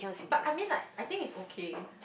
but I mean like I think it's okay